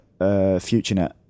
FutureNet